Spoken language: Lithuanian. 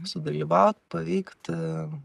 sudalyvaut paveikt